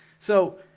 so,